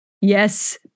yes